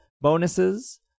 bonuses